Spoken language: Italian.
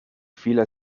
fila